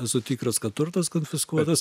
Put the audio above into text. esu tikras kad turtas konfiskuotas